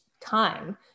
time